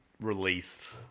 released